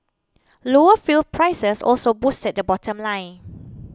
lower fuel prices also boosted the bottom line